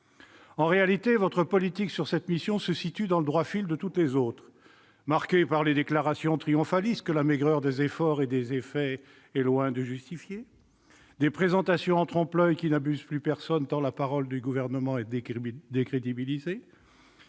En réalité, votre politique sur cette mission se situe dans le droit fil de toutes les autres, marquée par les déclarations triomphalistes que la maigreur des efforts et des effets est loin de justifier, et par des présentations en trompe-l'oeil qui n'abusent plus personne, tant la parole du Gouvernement est décrédibilisée.